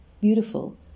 beautiful